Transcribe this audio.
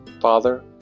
Father